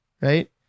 Right